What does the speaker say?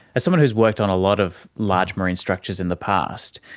as someone who has worked on a lot of large marine structures in the past,